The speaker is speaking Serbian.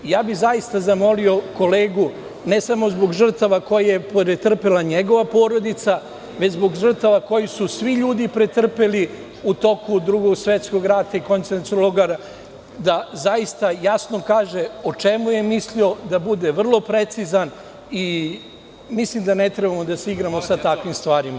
Zamolio bih kolegu, ne samo zbog žrtava koje je pretrpela njegova porodica, već zbog žrtava koje su svi ljudi pretrpeli u toku Drugog svetskog rata i koncentracionih logora, da zaista jasno kaže o čemu je mislio, da bude vrlo precizan i mislim da ne treba da se igramo sa takvim stvarima.